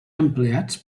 empleats